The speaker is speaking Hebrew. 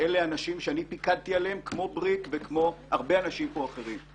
שאלו אנשים שאני פיקדתי עליהם כמו בריק וכמו הרבה אנשים אחרים.